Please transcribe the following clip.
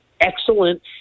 excellent